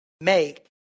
make